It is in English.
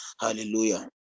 Hallelujah